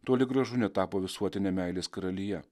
toli gražu netapo visuotine meilės karalija